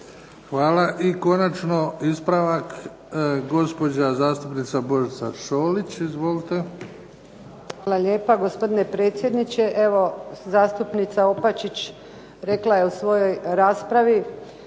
Hvala. I konačno, ispravak gospođa zastupnica Božica Šolić. Izvolite. **Šolić, Božica (HDZ)** Hvala lijepa gospodine predsjedniče. Evo zastupnica Opačić rekla je u svojoj raspravi